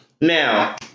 Now